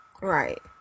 Right